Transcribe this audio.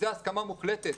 זו הסכמה מוחלטת.